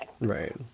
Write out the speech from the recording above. Right